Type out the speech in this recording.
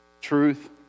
truth